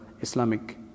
Islamic